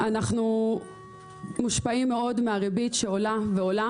אנחנו מושפעים מאוד מהריבית שעולה ועולה